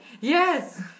Yes